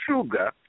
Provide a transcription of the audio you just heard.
sugar